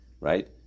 right